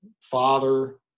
father